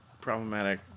problematic